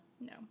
No